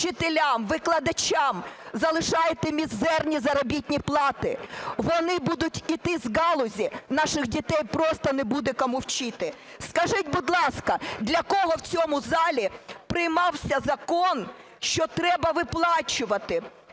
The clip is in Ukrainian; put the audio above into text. учителям, викладачам, залишаєте мізерні заробітні плати. Вони будуть іти з галузі, наших дітей просто не буде кому вчити. Скажіть, будь ласка, для кого в цьому залі приймався закон, що треба виплачувати